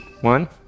one